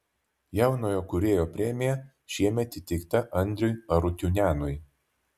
jaunojo kūrėjo premija šiemet įteikta andriui arutiunianui